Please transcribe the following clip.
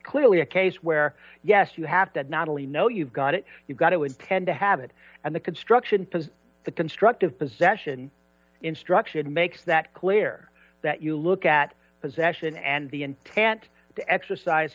clearly a case where yes you have to not only know you've got it you've got to intend to have it and the construction the constructive possession instruction makes that clear that you look at possession and the intent to exercise